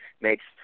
makes